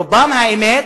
רובן, האמת,